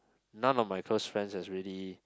none of my close friends has really